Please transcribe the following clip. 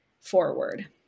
forward